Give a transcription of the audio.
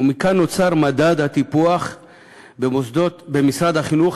ומכאן נוצר מדד הטיפוח במשרד החינוך,